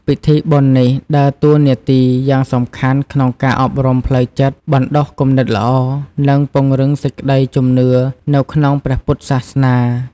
ពិធីបុណ្យនេះដើរតួនាទីយ៉ាងសំខាន់ក្នុងការអប់រំផ្លូវចិត្ត បណ្ដុះគំនិតល្អ និងពង្រឹងសេចក្ដីជំនឿនៅក្នុងព្រះពុទ្ធសាសនា។